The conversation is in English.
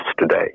today